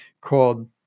called